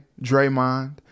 Draymond